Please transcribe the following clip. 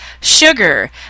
sugar